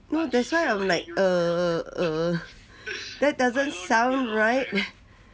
no that's why I'm like err err that doesn't sound right